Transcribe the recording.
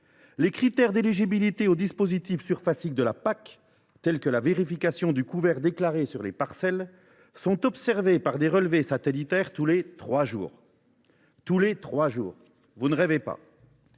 des critères d’éligibilité aux dispositifs surfaciques de la PAC, tels que la vérification du couvert déclaré sur les parcelles, fait l’objet d’observations par relevé satellitaire tous les trois jours : tous les trois jours, vous ne rêvez pas